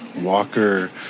Walker